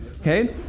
Okay